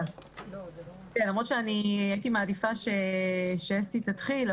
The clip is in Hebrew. למרות שהייתי מעדיפה שאסתי תתחיל,